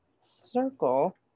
circle